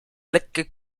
lekkie